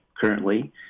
currently